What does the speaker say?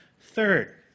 Third